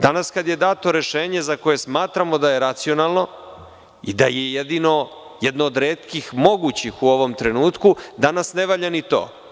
Danas kad je dato rešenje, za koje smatramo da je racionalno i da je jedino, jedno od retkih mogućih u ovom trenutku, danas ne valja ni to.